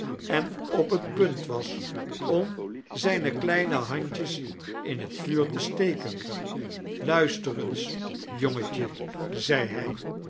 en op het punt was om zijne kleine handjes in het vuur te steken luister eens jongetje zei hij